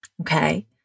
Okay